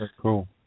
Cool